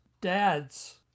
dad's